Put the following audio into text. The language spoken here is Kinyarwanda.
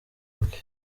bwe